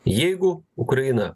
jeigu ukraina